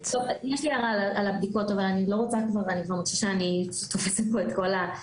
יש לי הערה על הבדיקה אבל אני מרגישה שאני תופסת פה את כל הזמן.